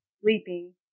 sleeping